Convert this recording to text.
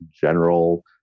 general